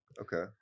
Okay